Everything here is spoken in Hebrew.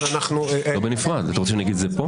אתה רוצה שאני אגיד את זה כאן?